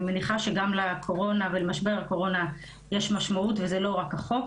אני מניחה שגם לקורונה ולמשבר הקורונה יש משמעות וזה לא רק החוק,